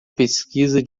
pesquisa